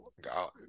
God